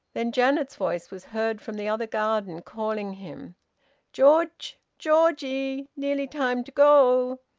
then janet's voice was heard from the other garden, calling him george! georgie! nearly time to go!